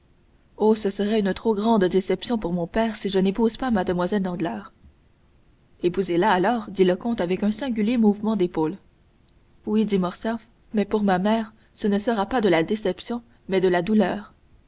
oh ce serait une trop grande déception pour mon père si je n'épouse pas mlle danglars épousez la alors dit le comte avec un singulier mouvement d'épaules oui dit morcerf mais pour ma mère ce ne sera pas de la déception mais de la douleur